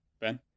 ben